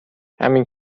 همین